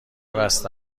بسته